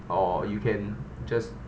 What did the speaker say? or you can just